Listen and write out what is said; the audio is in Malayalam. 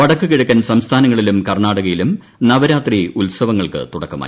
വടക്കു കിഴക്കൻ സംസ്ഥാനങ്ങളിലും കർണാടകയിലും നവരാത്രി ഉൽസവങ്ങൾക്ക് തുടക്കമായി